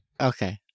Okay